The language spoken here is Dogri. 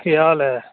केह् हाल ऐ